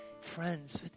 friends